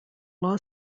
law